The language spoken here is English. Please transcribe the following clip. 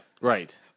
right